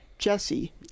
Jesse